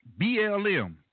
BLM